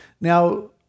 Now